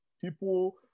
People